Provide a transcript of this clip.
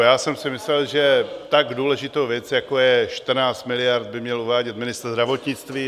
Já jsem si myslel, že tak důležitou věc, jako je 14 miliard, by měl uvádět ministr zdravotnictví.